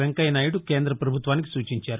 వెంకయ్య నాయుడు కేంద పభుత్వానికి సూచించారు